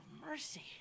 mercy